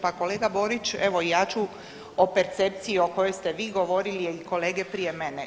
Pa kolega Borić, evo i ja ću o percepciji o kojoj ste vi govorili i kolege prije mene.